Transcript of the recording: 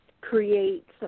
create